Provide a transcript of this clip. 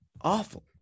Awful